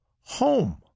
home